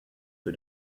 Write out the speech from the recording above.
für